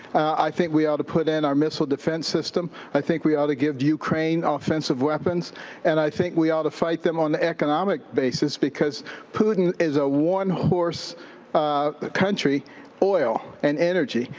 i think we ought to put in our missile defense system. i think we ought to give ukraine offensive weapons and i think we ought to fight them on the economic basis because putin is a one horse country oil and energy.